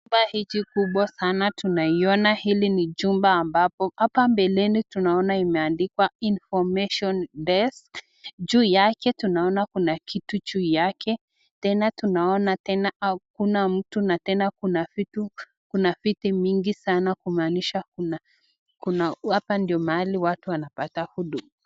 Jumba hili kubwa sana, tunaiona hili ni jumba ambapo hapa mbeleni tunaona imeandikwa information desk . Juu yake tunaona kuna kitu juu yake. Tena tunaona tena hakuna mtu na tena kuna viti mingi sana kumaanisha, hapa ndiyo mahali watu wanapata huduma.